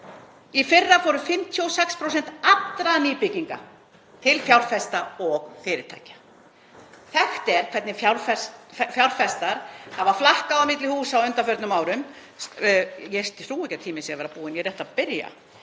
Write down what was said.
Í fyrra fóru 56% allra nýbygginga til fjárfesta og fyrirtækja. Þekkt er hvernig fjárfestar hafa flakkað á milli húsa á undanförnum árum. — Ég trúi ekki að tíminn sé að verða búinn, ég er rétt að byrja.